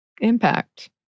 impact